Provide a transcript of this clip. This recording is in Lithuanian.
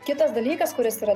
kitas dalykas kuris yra